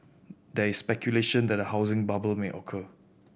there is speculation that a housing bubble may occur